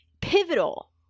pivotal